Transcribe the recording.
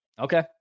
Okay